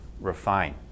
refine